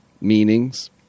meanings